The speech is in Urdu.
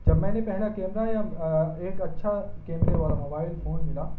جب میں نے پہلا کیمرہ یا ایک اچھا کیمرے والا موبائل فون ملا